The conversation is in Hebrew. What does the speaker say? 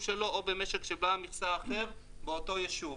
שלו או במשק של בעל מכסה אחר בתחום אותו יישוב,